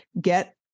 get